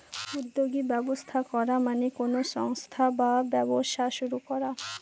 উদ্যোগী ব্যবস্থা করা মানে কোনো সংস্থা বা ব্যবসা শুরু করা